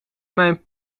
mijn